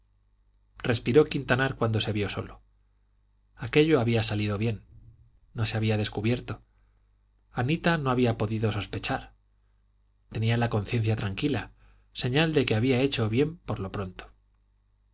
respiró quintanar cuando se vio solo aquello había salido bien no se había descubierto anita no había podido sospechar tenía la conciencia tranquila señal de que había hecho bien por lo pronto